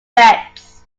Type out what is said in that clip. effects